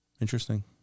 Interesting